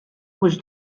mhux